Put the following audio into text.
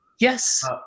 yes